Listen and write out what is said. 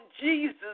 Jesus